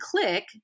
click